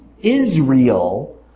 Israel